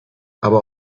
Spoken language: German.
aber